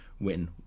win